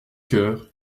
cœur